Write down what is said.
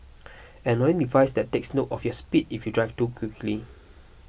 an annoying device that takes note of your speed if you drive too quickly